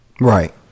Right